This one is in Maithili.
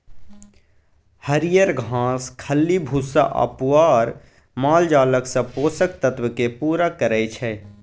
हरियर घास, खल्ली भुस्सा आ पुआर मालजालक सब पोषक तत्व केँ पुरा करय छै